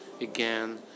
again